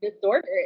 disorder